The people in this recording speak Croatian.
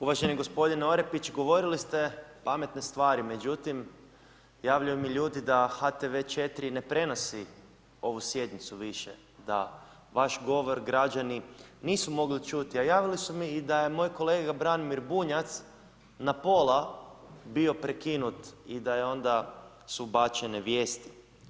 Uvaženi gospodine Orepić, govorili ste pametne stvari, međutim javljaju mi ljudi da HTV 4 ne prenosi ovu Sjednicu više, da vaš govor građani nisu mogli čuti, a javili su mi i da je moj kolega Branimir Bunjac, na pola bio prekinut i da je onda, su ubačene vijesti.